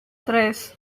tres